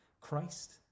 Christ